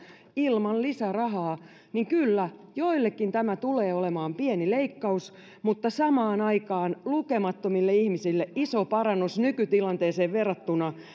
ilman lisärahaa niin kyllä joillekin tämä tulee olemaan pieni leikkaus mutta samaan aikaan lukemattomille ihmisille iso parannus nykytilanteeseen verrattuna